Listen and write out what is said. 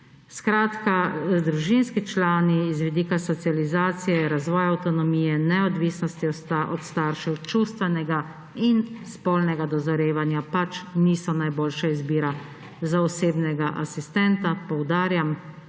Skratka, družinski člani z vidika socializacije, razvoja avtonomije, neodvisnosti od staršev, čustvenega in spolnega dozorevanja pač niso najboljša izbira za osebnega asistenta. Poudarjam,